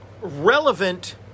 relevant